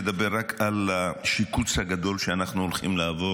לדבר רק על השיקוץ הגדול שאנחנו הולכים לעבור